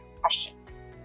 questions